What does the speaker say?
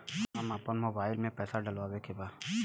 हम आपन मोबाइल में पैसा डलवावे के बा?